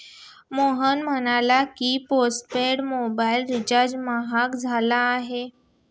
मोहन म्हणाला की, postpaid mobile recharge महाग झाला आहे